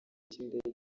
cy’indege